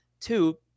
Two